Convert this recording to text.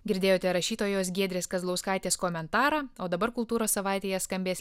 girdėjote rašytojos giedrės kazlauskaitės komentarą o dabar kultūros savaitėje skambės